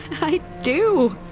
i do.